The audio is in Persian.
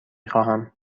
خواهم